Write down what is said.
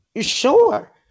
Sure